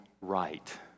right